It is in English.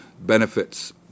benefits